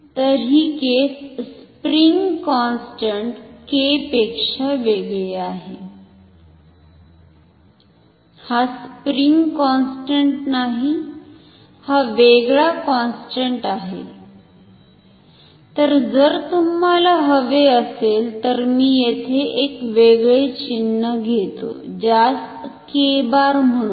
तर ही case spring constant K पेक्षा वेगळी आहे हा स्प्रिंग कॉन्स्टंट नाही हा वेगळा कॉन्स्टंट आहे तर जर तुम्हाला हवे असेल तर मी येथे एक वेगळे चिन्ह घेतो ज्यास 𝑘̅ म्हणूया